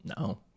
No